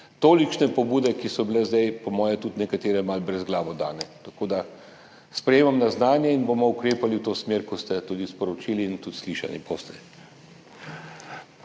tolikšne pobude, ki so bile zdaj po mojem nekatere tudi malo brezglavo dane. Tako da sprejemam na znanje in bomo ukrepali v to smer, kot ste sporočili, in tudi slišani boste.